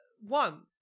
One